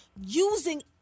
using